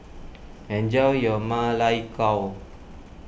enjoy your Ma Lai Gao